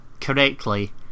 correctly